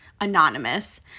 Anonymous